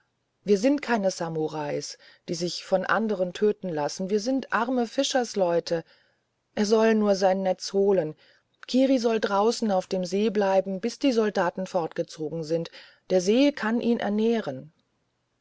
wir sind keine samurais die sich für andere töten lassen wir sind arme fischersleute er soll nur sein netz holen kiri soll nur draußen auf dem see bleiben bis die soldaten fortgezogen sind der see kann ihn ernähren